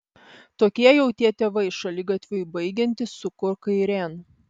tokie jau tie tėvai šaligatviui baigiantis suku kairėn